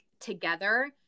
together